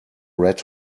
red